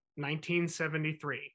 1973